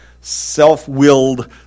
self-willed